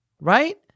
right